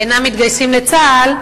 אינם מתגייסים לצה"ל,